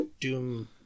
doom